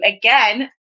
again